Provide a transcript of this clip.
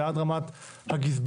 ועד רמת הגזבר,